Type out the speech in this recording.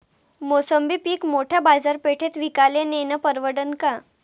मोसंबी पीक मोठ्या बाजारपेठेत विकाले नेनं परवडन का?